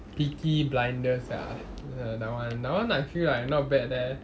peaky blinders ah is it that [one] that [one] I feel like not bad eh